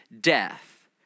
death